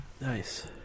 Nice